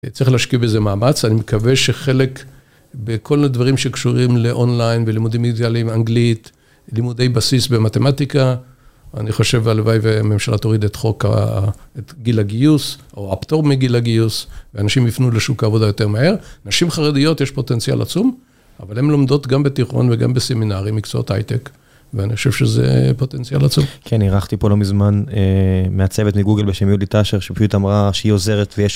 צריך להשקיע בזה מאמץ, אני מקווה שחלק בכל הדברים שקשורים לאונליין, בלימודים אידיאליים, אנגלית, לימודי בסיס במתמטיקה, אני חושב, והלוואי, וממשלה תוריד את חוק, את גיל הגיוס, או הפטור מגיל הגיוס, ואנשים יפנו לשוק העבודה יותר מהר. נשים חרדיות, יש פוטנציאל עצום, אבל הן לומדות גם בתיכון וגם בסמינרים, מקצועות הייטק, ואני חושב שזה פוטנציאל עצום. כן, אירחתי פה לא מזמן, מהצוות מגוגל בשם יהודית אשר, שפשוט אמרה שהיא עוזרת ויש...